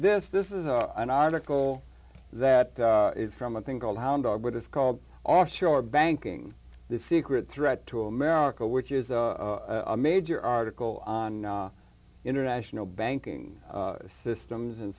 this this is an article that is from a thing called hound dog but it's called off shore banking the secret threat to america which is a major article on international banking systems and